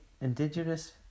indigenous